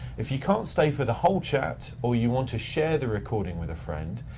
if you can't stay for the whole chat, or you want to share the recording with a friend,